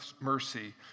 mercy